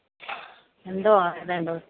എന്തൊവാ വേണ്ടത്